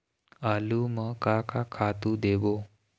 आलू म का का खातू देबो?